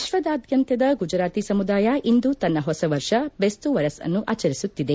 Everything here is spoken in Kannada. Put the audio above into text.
ವಿಶ್ವದಾದ್ಯಂತದ ಗುಜರಾತಿ ಸಮುದಾಯ ಇಂದು ತನ್ನ ಹೊಸ ವರ್ಷ ಬೆಸ್ತು ವರಸ್ ಅನ್ನು ಆಚರಿಸುತ್ತಿದೆ